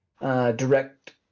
Direct